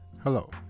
Hello